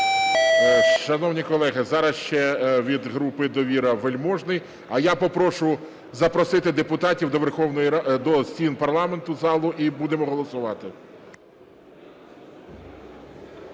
Шановні колеги, зараз ще від групи "Довіра" Вельможний. А я попрошу запросити депутатів до стін парламенту – залу, і будемо голосувати.